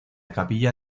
capilla